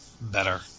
better